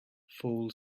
fall